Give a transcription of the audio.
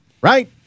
Right